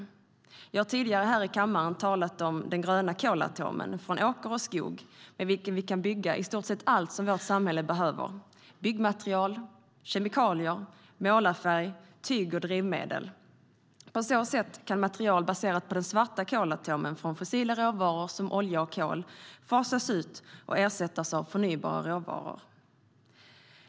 Jag har tidigare här i kammaren talat om den gröna kolatomen från åker och skog med vilken vi kan bygga i stort sett allt som vårt samhälle behöver: byggmaterial, kemikalier, målarfärg, tyg och drivmedel. På så sätt kan material baserat på den svarta kolatomen från fossila råvaror som olja och kol fasas ut och ersättas av förnybara råvaror.